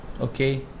okay